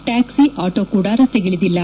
taxi auto ಕೂಡ ರಸ್ತೆಗಿಳಿದಿಲ್ಲ